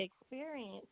experience